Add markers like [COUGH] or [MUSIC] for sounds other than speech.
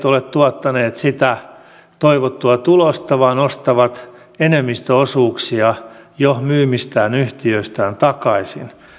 [UNINTELLIGIBLE] ole tuottanut sitä toivottua tulosta ja he ostavat enemmistöosuuksia jo myymistään yhtiöistä takaisin